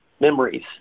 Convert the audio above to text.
memories